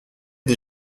des